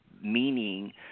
meaning